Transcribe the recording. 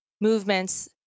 movements